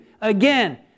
again